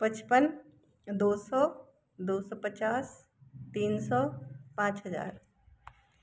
पचपन दो सौ दो सौ पचास तीन सौ पाँच हजार